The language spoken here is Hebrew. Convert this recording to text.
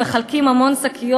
מחלקים המון שקיות,